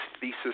thesis